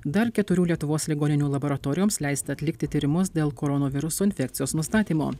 dar keturių lietuvos ligoninių laboratorijoms leista atlikti tyrimus dėl koronaviruso infekcijos nustatymo